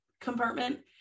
compartment